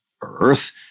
earth